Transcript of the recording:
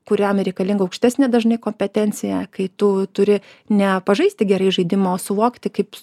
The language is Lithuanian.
kuriam reikalinga aukštesnė dažnai kompetencija kai tu turi ne pažaisti gerai žaidimą o suvokti kaip